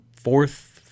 fourth